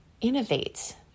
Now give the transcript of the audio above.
innovate